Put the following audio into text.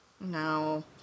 No